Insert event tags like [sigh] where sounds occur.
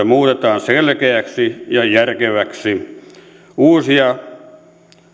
[unintelligible] muutetaan selkeäksi ja järkeväksi uusia